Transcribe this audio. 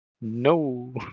No